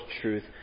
truth